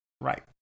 Right